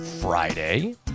Friday